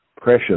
pressure